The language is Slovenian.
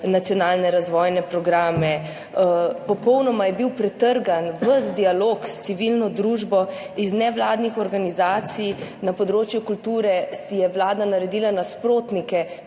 nacionalne razvojne programe, popolnoma je bil pretrgan ves dialog s civilno družbo, iz nevladnih organizacij na področju kulture si je vlada naredila nasprotnike,